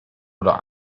oder